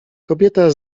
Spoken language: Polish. kobieta